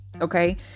Okay